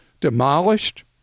demolished